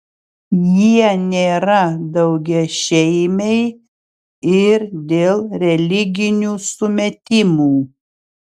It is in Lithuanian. jie nėra daugiašeimiai ir dėl religinių sumetimų